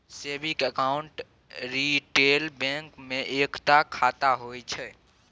saving account retail bank मे एकता खाता होइ छै